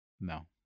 No